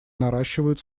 наращивают